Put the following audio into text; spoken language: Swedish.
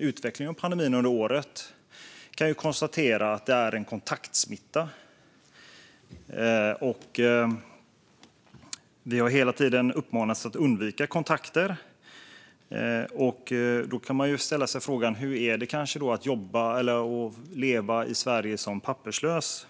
utvecklingen av pandemin under året kan konstatera att det är en kontaktsmitta. Människor har hela tiden uppmanats att undvika kontakter. Då kan man fråga: Hur är det att leva i Sverige som papperslös?